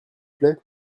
plait